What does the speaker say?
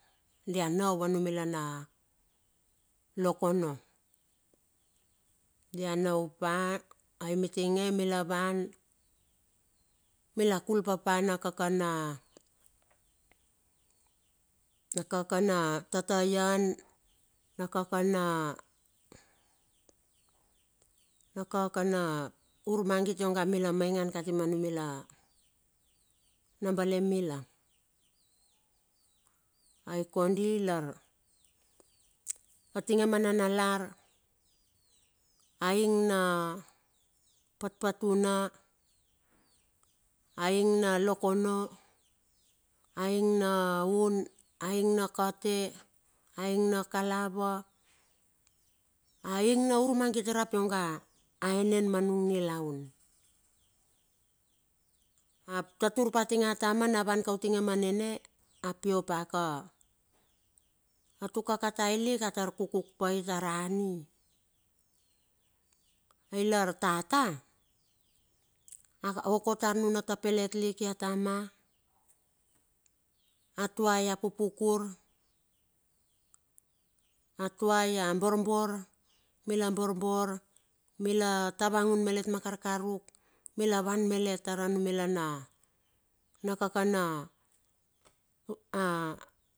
Dia nau anumila na lokono. Dia nau pa ai mitinge mila wan mila kul papa nakakana tataian, nakakana, nakakana urmangit ionga mila maingan kati manumila, nabale bale mila. Aii kondi lar atinge ma manalar, aing na patpatuna, aing na lokono, aing na hun, aing na kate, aing na kalava, aing na urmangit rap ionga aen en manung nilaun. Atatur pa tinge ma taman, a wan ka utinge ma nene a pio paka, atuka katai lik atar kukuk pa tara ani. Ailar tata, aoko tar nuna ta pelet lik ia tama, atuai ia pupukur, atuai ia borbor, mila borbor, mila tavangun malet ma karkaruk, mila van malet tara numila na kakana a.